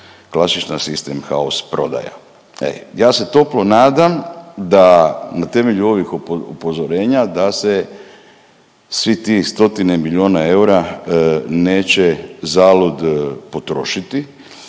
klasična system house prodaja. Ja se toplo nadam da na temelju ovih upozorenja da se svih tih stotine milijuna eura neće zalud potrošiti